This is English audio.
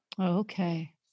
Okay